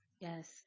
Yes